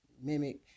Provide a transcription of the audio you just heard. mimic